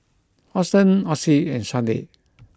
Austen Ossie and Sharde